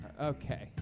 Okay